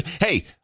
hey